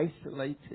isolated